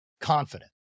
confident